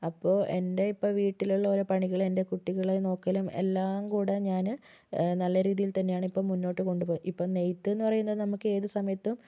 അപ്പോൾ എൻ്റെ ഇപ്പോൾ വീട്ടിലുള്ള ഓരോ പണികളും എൻ്റെ കുട്ടികളെ നോക്കലും എല്ലാം കൂടി ഞാൻ നല്ല രീതിയിൽ തന്നെയാണ് ഇപ്പോൾ മുന്നോട്ട് കൊണ്ടുപോകുന്നത് ഇപ്പോൾ നെയ്ത്ത് എന്ന് പറയുന്നത് നമുക്ക് ഏത് സമയത്തും